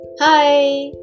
hi